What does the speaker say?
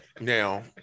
now